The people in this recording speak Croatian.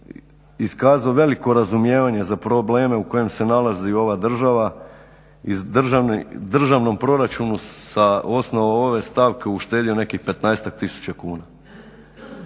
iskazao veliko razumijevanje za probleme u kojima se nalazi ova država i državnom proračunu sa osnova ove stavke uštedio nekih 15-ak